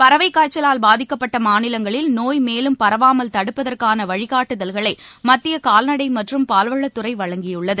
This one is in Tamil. பறவைகாய்ச்சலால் பாதிக்கப்பட்டமாநிலங்களில் நோய் மேலம் பரவாமல் தடுப்பதற்கானவழிகாட்டுதல்களைமத்தியகால்நடைமற்றும் பாலவளத்துறைவழங்கியுள்ளது